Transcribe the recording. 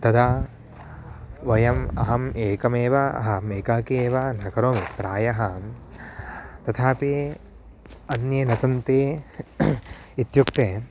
तदा वयम् अहम् एकमेव अहम् एकाकी एव न करोमि प्रायः तथापि अन्ये न सन्ति इत्युक्ते